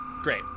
Great